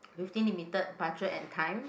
within limited budget and time